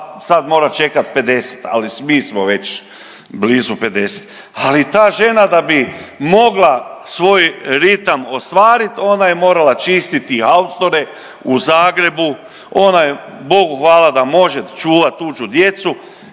sad mora čekat 50, ali mi smo već blizu 50, ali ta žena da bi mogla svoj ritam ostvarit ona je morala čistiti haustore u Zagrebu, ona je Bogu hvala da može čuvat tuđu djecu